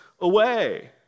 away